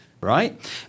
right